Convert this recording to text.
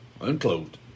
Unclosed